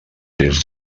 des